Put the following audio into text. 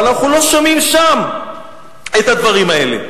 אבל אנחנו לא שומעים שם את הדברים האלה.